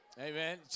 Amen